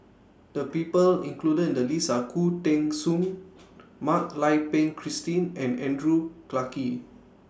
The People included in The list Are Khoo Teng Soon Mak Lai Peng Christine and Andrew Clarke